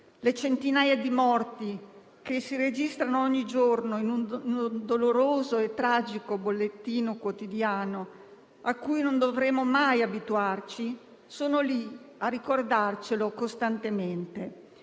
Le centinaia di morti che si registrano nel doloroso e tragico bollettino quotidiano, a cui non dovremmo mai abituarci, sono lì a ricordarcelo costantemente.